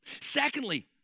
Secondly